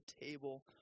table